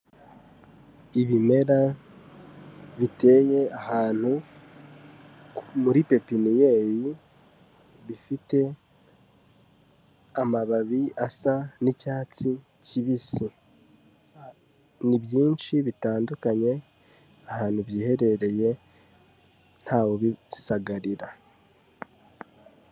Ibimera biteye ahantu muri pepiniyeri, bifite amababi asa n'icyatsi kibisi, ni byinshi bitandukanye, ahantu giheherereye nta we ubisagarira.